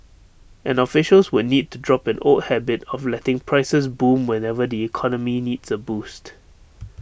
and officials would need to drop an old habit of letting prices boom whenever the economy needs A boost